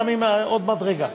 שמים עוד מדרגה,